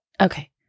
Okay